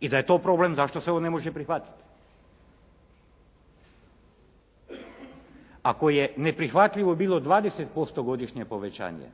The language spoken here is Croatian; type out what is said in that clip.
i da je to problem zašto se on ne može prihvatiti. Ako je neprihvatljivo bilo 20% godišnje povećanje,